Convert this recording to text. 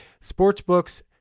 Sportsbooks